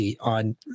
on